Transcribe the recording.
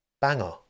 banger